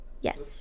Yes